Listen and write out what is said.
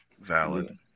Valid